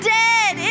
dead